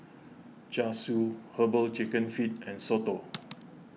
Char Siu Herbal Chicken Feet and Soto